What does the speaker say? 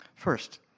First